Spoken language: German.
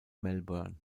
melbourne